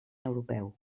europeu